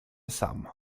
sam